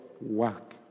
work